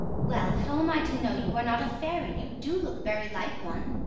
well, how am i to know you are not a fairy? you do look very like one.